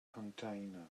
container